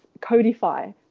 codify